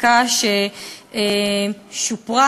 חקיקה ששופרה,